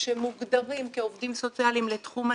שמוגדרים כעובדים סוציאליים לתחום הזקנה.